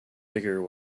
bigger